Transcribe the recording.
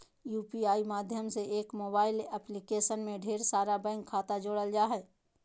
UPI माध्यम से एक मोबाइल एप्लीकेशन में ढेर सारा बैंक खाता जोड़ल जा हय